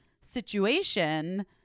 situation